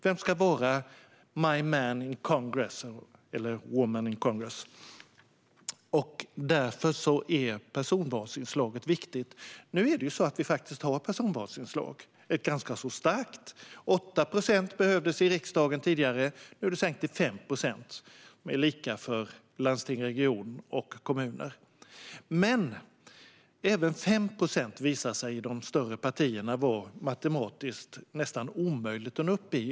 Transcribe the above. Vem ska vara my man eller woman in congress? Därför är personvalsinslaget viktigt. Vi har faktiskt ett ganska starkt personvalsinslag. Tidigare behövdes det 8 procent i riksdagen. Nu är det sänkt till 5 procent. Det är lika för landsting, regioner och kommuner. Men även 5 procent visar sig i de större partierna vara nästan omöjligt att nå upp till.